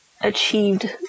achieved